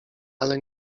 ale